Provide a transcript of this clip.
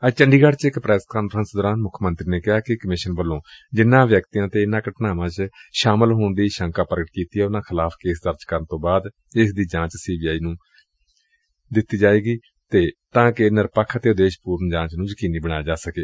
ਅੱਜ ਚੰਡੀਗਤ੍ ਚ press conference ਦੌਰਾਨ ਮੁੱਖ ਮੰਤਰੀ ਨੇ ਕਿਹਾ ਕਿ ਕਮਿਸ਼ਨ ਵੱਲੋਂ ਜਿਨ੍ਹਾ ਵਿਅਕਤੀਆਂ ਤੇ ਇਨਾਂ ਘਟਨਾਵਾਂ ਵਿੱਚ ਸ਼ਾਮਲ ਹੋਣ ਦੀ ਸ਼ੰਕਾ ਪ੍ਰਗਟਾਈ ਗਈ ਏ ਉਨਾਂ ਵਿਰੁੱਧ ਕੇਸ ਦਰਜ ਕਰਨ ਤੋਂ ਬਾਅਦ ਇਸ ਦੀ ਜਾਂਚ ਸੀਬੀਆਈ ਨੂੰ ਇਸ ਕਰਕੇ ਦਿੱਤੀ ਗਈ ਏ ਤਾਂ ਕਿ ਨਿਰਪੱਖ ਅਤੇ ਉਦੇਸ਼ਪੁਰਨ ਜਾਂਚ ਨੂੰ ਯਕੀਨੀ ਬਣਾਇਆ ਜਾ ਸਕੇ